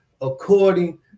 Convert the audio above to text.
according